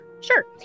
sure